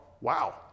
Wow